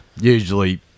usually